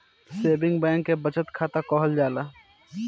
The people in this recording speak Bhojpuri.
सेविंग बैंक के बचत खाता कहल जाला